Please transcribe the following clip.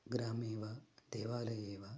ग्रामे वा देवालये वा